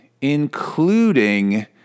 including